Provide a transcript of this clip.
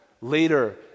later